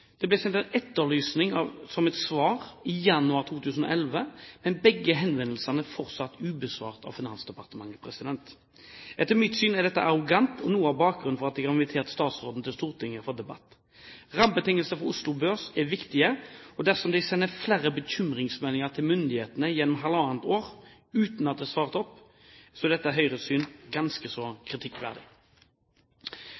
Det ble sendt en etterlysning av et svar i januar 2011, men begge henvendelsene er fortsatt ubesvart av Finansdepartementet. Etter mitt syn er dette arrogant og noe av bakgrunnen for at jeg har invitert statsråden til Stortinget for debatt. Rammebetingelser for Oslo Børs er viktige, og dersom de sender flere bekymringsmeldinger til myndighetene gjennom halvannet år uten at det er svart, er dette etter Høyres syn ganske